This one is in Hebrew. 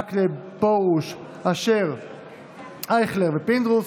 מכלוף מיקי זוהר,